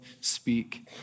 speak